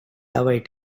await